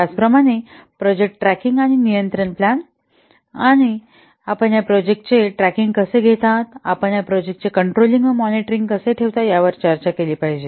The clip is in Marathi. त्याचप्रमाणे प्रोजेक्ट ट्रॅकिंग आणि नियंत्रण प्लान आपण या प्रोजेक्टाचे ट्रॅकिंग कसा घेत आहात आपण या प्रोजेक्टाचे कॉन्ट्रोलींग व मॉनिटरिंग कसे ठेवता यावर चर्चा केली पाहिजे